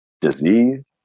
disease